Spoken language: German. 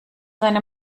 seine